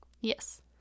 Yes